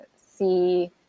see